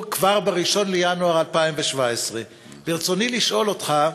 כבר ב-1 בינואר 2017. ברצוני לשאול אותך: